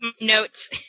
notes